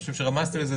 אני חושב שרמזתם לזה.